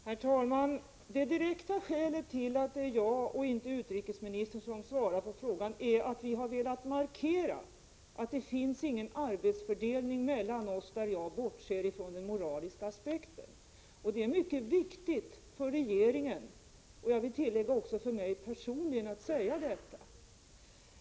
Herr talman! Det direkta skälet till att det är jag och inte utrikesministern som svarat på frågan är att vi har velat markera att det inte finns någon arbetsfördelning mellan oss som gör att jag kan bortse från den moraliska aspekten. Det är mycket viktigt för regeringen, och jag vill tillägga också för mig personligen, att säga detta.